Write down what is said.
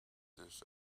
this